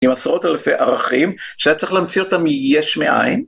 עם עשרות אלפי ערכים שהיה צריך להמציא אותם מיש מאין.